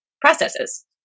processes